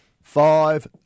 Five